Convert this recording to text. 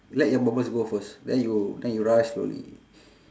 let your bubbles go first then you then you rise slowly